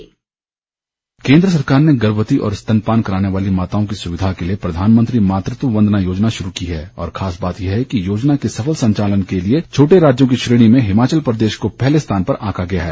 dispatch केन्द्र सरकार ने गर्भवती और स्पनपान कराने वाली माताओं की सुविधा के लिए प्रधानमंत्री मातृत्व वंदना योजना शुरू की है और खास बात यह है कि योजना के सफल संचालन में छोटे राज्यों की श्रेणी में हिमाचल प्रदेश को पहले स्थान पर आंका गया है